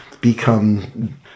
become